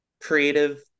creative